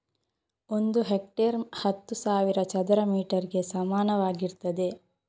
ಒಂದು ಹೆಕ್ಟೇರ್ ಹತ್ತು ಸಾವಿರ ಚದರ ಮೀಟರ್ ಗೆ ಸಮಾನವಾಗಿರ್ತದೆ